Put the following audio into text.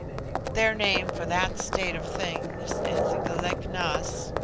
their name for that state of things is glek-nas.